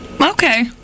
Okay